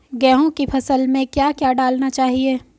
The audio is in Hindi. गेहूँ की फसल में क्या क्या डालना चाहिए?